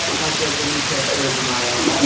like, as a new catchphrase of my own? yeah